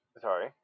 Sorry